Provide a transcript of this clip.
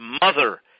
mother